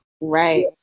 Right